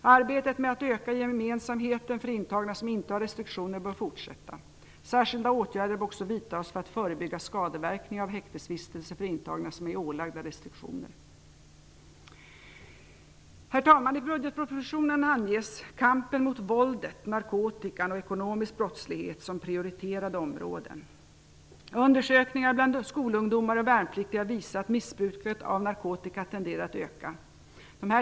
Arbetet med att öka gemenskapen för intagna som inte har restriktioner bör fortsätta. Särskilda åtgärder bör också vidtas för att förebygga skadeverkningar av häktesvistelse för intagna som är ålagda restriktioner. Herr talman! I budgetpropositionen anges kampen mot våldet, narkotikan och ekonomisk brottslighet som prioriterade områden. Undersökningar bland skolungdomar och värnpliktiga visar att missbruket av narkotika tenderar att öka.